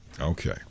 Okay